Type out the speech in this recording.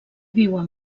viuen